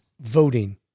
voting